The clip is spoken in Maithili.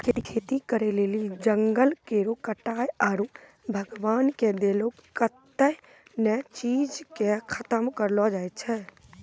खेती करै लेली जंगल केरो कटाय आरू भगवान के देलो कत्तै ने चीज के खतम करलो जाय छै